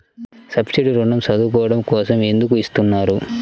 Subsidy ఋణం చదువుకోవడం కోసం ఎందుకు ఇస్తున్నారు?